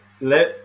let